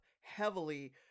heavily